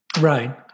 Right